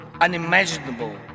unimaginable